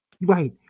Right